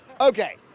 Okay